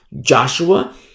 Joshua